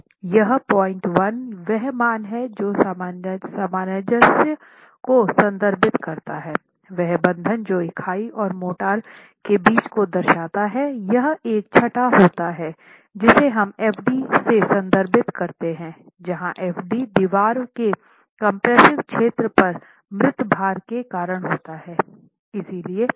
यहां 01 वह मान है जो सामंजस्य को संदर्भित करता है वह बंधन जो इकाई और मोर्टार के बीच को दर्शाता है यह एक छटा होता है जिसे हम f d से संदर्भित करते है जहां f d दीवार के कम्प्रेस्सिव क्षेत्र पर मृत भार के कारण होता है